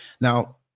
Now